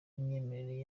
n’imyemerere